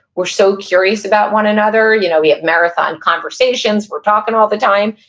we're so curious about one another, you know, we have marathon conversations, we're talking all the time.